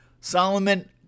Solomon